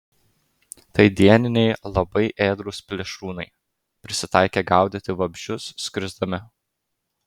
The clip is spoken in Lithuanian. tai dieniniai labai ėdrūs plėšrūnai prisitaikę gaudyti vabzdžius skrisdami